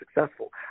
successful